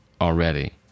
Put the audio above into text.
already